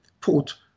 port